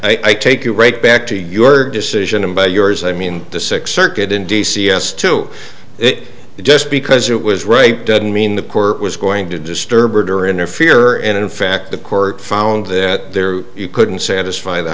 again i take you right back to your decision and by yours i mean the sixth circuit in d c s to it just because it was right doesn't mean the court was going to disturb order interfere and in fact the court found that there you couldn't satisfy the